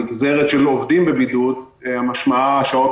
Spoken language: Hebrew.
הנגזרת של עובדים בבידוד משמעה שעות